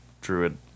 druid